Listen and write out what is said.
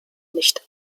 nicht